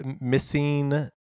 missing